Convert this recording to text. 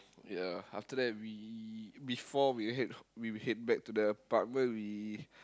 ya after that we before we head we head back to the apartment we